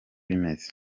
bimeze